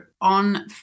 on